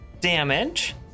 damage